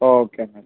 okay എന്നാൽ